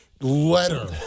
letter